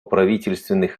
правительственных